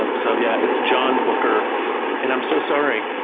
ah so yeah, it's john bucher and i'm so sorry.